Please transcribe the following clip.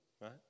right